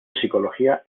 psicología